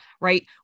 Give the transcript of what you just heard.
right